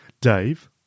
Dave